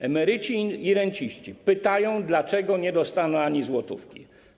Emeryci i renciści pytają, dlaczego nie dostaną ani złotówki.